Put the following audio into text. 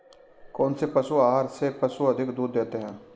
कौनसे पशु आहार से पशु अधिक दूध देते हैं?